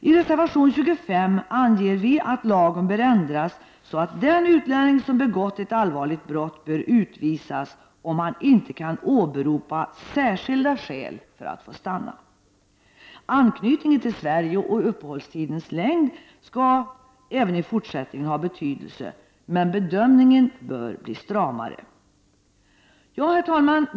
I reservation 25 föreslår vi att lagen bör ändras så att den utlänning som begått ett allvarligt brott bör utvisas om han inte kan åberopa särskilda skäl för att få stanna. Anknytningen till Sverige och uppehållstidens längd skall även i fortsättningen ha betydelse, men bedömningen bör bli stramare. Herr talman!